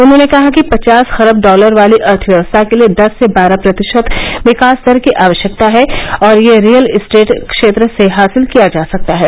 उन्होंने कहा कि पचास खरब डॉलर वाली अर्थव्यवस्था के लिए दस से बारह प्रतिशत विकास दर की आवश्यकता है और ये रीयल एस्टेट क्षेत्र से हासिल किया जा सकता है